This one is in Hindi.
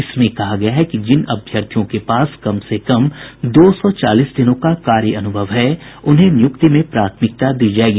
इसमें कहा गया है कि जिन अभ्यर्थियों के पास कम से कम दो सौ चालीस दिनों का कार्य अनुभव है उन्हें निय्रक्ति में प्राथमिकता दी जायेगी